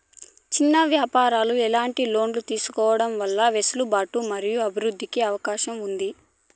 చిన్న వ్యాపారాలు ఎట్లాంటి లోన్లు తీసుకోవడం వల్ల వెసులుబాటు మరియు అభివృద్ధి కి అవకాశం ఉంది?